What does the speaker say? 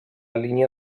línia